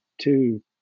two